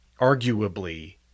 arguably